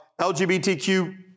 LGBTQ